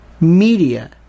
media